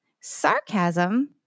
sarcasm